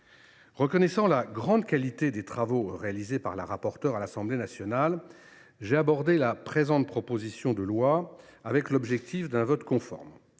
Reconnaissant la grande qualité des travaux réalisés par la rapporteure à l’Assemblée nationale, j’ai abordé la présente proposition de loi avec l’objectif d’un vote conforme.